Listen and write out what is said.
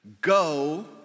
go